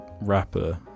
rapper